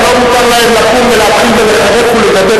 אבל לא מותר להם לקום ולהתחיל לחרף ולגדף